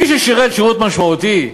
מי ששירת שירות משמעותי,